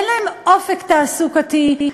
אין להם אופק תעסוקתי,